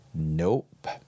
Nope